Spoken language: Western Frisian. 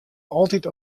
altyd